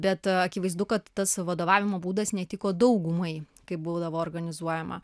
bet akivaizdu kad tas vadovavimo būdas netiko daugumai kai būdavo organizuojama